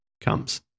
comes